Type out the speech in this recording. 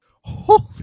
Holy